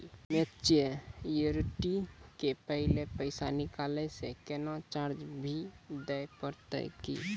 Maturity के पहले पैसा निकालै से कोनो चार्ज भी देत परतै की?